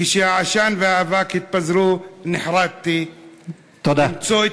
כשהעשן והאבק התפזרו נחרדתי למצוא" תודה.